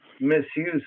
misuse